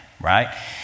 right